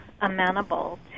amenable